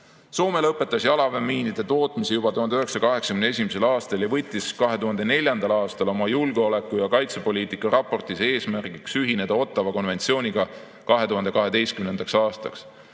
Soome lõpetas jalaväemiinide tootmise juba 1981. aastal ja võttis 2004. aastal oma julgeoleku‑ ja kaitsepoliitika raportis eesmärgiks ühineda Ottawa konventsiooniga 2012. aastaks.